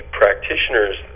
practitioners